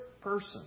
person